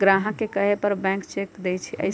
ग्राहक के कहे पर बैंक चेक देई छई